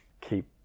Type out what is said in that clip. Keep